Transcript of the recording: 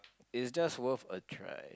it's just worth a try